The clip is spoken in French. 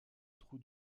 trou